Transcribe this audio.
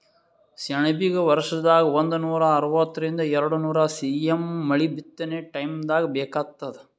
ಸೆಣಬಿಗ ವರ್ಷದಾಗ್ ಒಂದನೂರಾ ಅರವತ್ತರಿಂದ್ ಎರಡ್ನೂರ್ ಸಿ.ಎಮ್ ಮಳಿ ಬಿತ್ತನೆ ಟೈಮ್ದಾಗ್ ಬೇಕಾತ್ತದ